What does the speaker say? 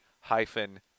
hyphen